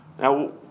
Now